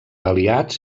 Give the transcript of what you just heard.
aliats